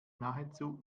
nahezu